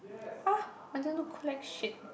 !wah! I don't know collection